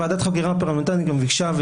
ועדת החקירה הפרלמנטרית גם ביקשה,